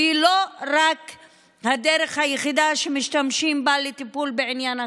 והיא לא הדרך היחידה שמשתמשים בה לטיפול בעניין הקורונה,